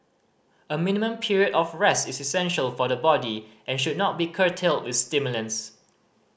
a minimum period of rest is essential for the body and should not be curtailed with stimulants